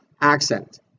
accent